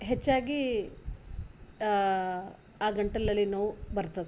ಹೆಚ್ಚಾಗಿ ಆ ಗಂಟಲಲ್ಲಿ ನೋವು ಬರ್ತದೆ